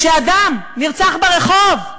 כשאדם נרצח ברחוב,